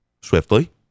swiftly